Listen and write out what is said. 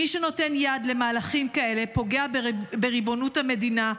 מי שנותן יד למהלכים כאלה פוגע בריבונות המדינה,